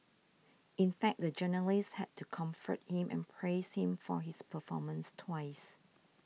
in fact the journalist had to comfort him and praise him for his performance twice